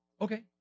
okay